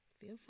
Feel